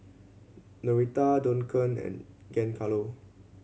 Norita Duncan and Giancarlo